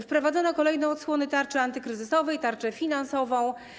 Wprowadzono kolejną odsłonę tarczy antykryzysowej, tarczę finansową.